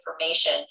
information